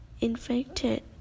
infected